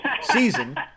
season